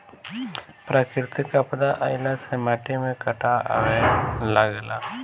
प्राकृतिक आपदा आइला से माटी में कटाव आवे लागेला